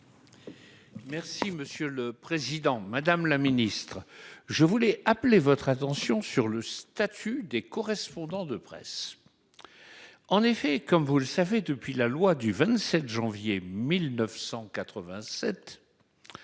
Merci, monsieur le Président Madame la Ministre je voulais appeler votre attention sur le statut des correspondants de presse. En effet, comme vous le savez depuis la loi du 27 janvier 1987.